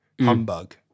humbug